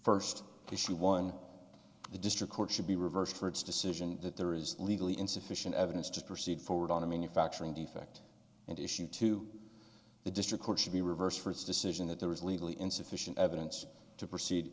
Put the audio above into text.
first because she won the district court should be reversed for its decision that there is legally insufficient evidence to proceed forward on a manufacturing defect and issue to the district court should be reversed for its decision that there was legally insufficient evidence to proceed